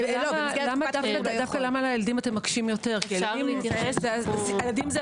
למה אתם מקשים יותר דווקא על הילדים?